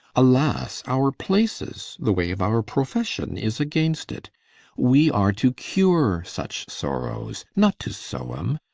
alas, our places, the way of our profession is against it we are to cure such sorrowes, not to sowe em.